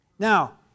Now